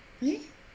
eh